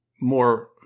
more